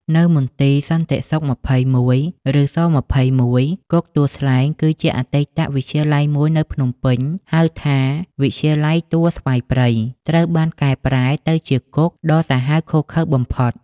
នៅមន្ទីរសន្តិសុខ ២១ (ឬស-២១) គុកទួលស្លែង គឺជាអតីតវិទ្យាល័យមួយនៅភ្នំពេញ ហៅថា វិទ្យាល័យទួលស្វាយព្រៃ ត្រូវបានកែប្រែទៅជាគុកដ៏សាហាវឃោរឃៅបំផុត។